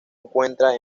encuentra